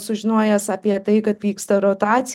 sužinojęs apie tai kad vyksta rotaci